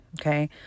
okay